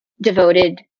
devoted